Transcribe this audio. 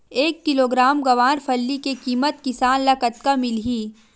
एक किलोग्राम गवारफली के किमत किसान ल कतका मिलही?